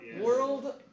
world